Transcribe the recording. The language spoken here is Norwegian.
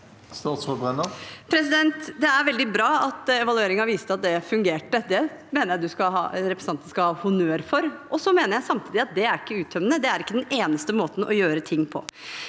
Det er veldig bra at evalueringen viste at det fungerte. Det mener jeg representanten skal ha honnør for. Så mener jeg samtidig at det ikke er uttømmende, det er ikke den eneste måten å gjøre ting på.